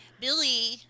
Billy